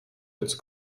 jetzt